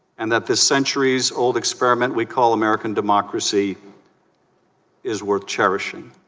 and that the centuries old experiment we call american democracy is worth cherishing